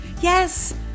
Yes